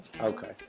okay